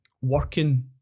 working